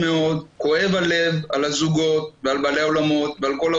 כי הרי עד לפני שבועיים הכול היה